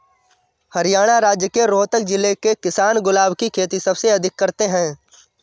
हरियाणा राज्य के रोहतक जिले के किसान गुलाब की खेती सबसे अधिक करते हैं